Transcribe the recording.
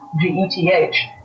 G-E-T-H